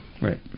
Right